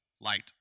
light